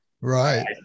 Right